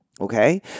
okay